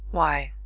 why,